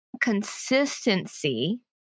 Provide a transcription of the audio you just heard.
consistency